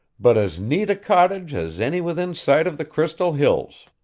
but as neat a cottage as any within sight of the crystal hills.